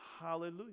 Hallelujah